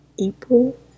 April